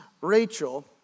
Rachel